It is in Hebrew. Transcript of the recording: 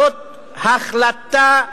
זאת החלטה אנטי-צרכנית,